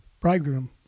Bridegroom